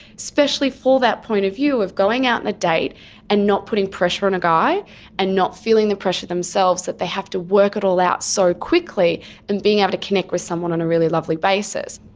especially for that point of view of going out on a date and not putting pressure on a guy and not feeling the pressure themselves that they have to work it all out so quickly and being able to connect with someone on a really lovely basis.